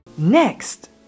next